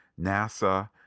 NASA